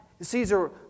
Caesar